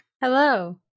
Hello